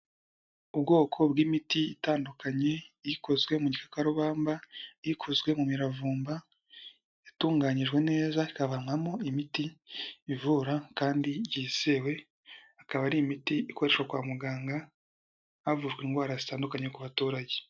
Ubwoko bw'imiti itandukanye ikozwe mu gikarubamba, ikozwe mu miravumba, yatunganyijwe neza, ikavanwamo imiti ivura kandi yizewe ikaba ari imiti ikoreshwa kwa muganga havujwe indwara zitandukanye ku baturage.